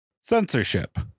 Censorship